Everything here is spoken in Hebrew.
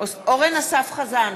אורן אסף חזן,